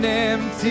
empty